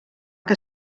que